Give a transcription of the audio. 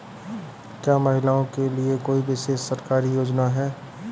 क्या महिलाओं के लिए कोई विशेष सरकारी योजना है?